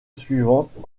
suivante